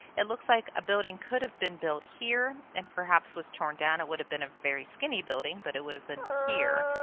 it looks like a building could have been built here and perhaps it was torn down. it would have been a very skinny building but it would have been here.